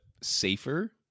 safer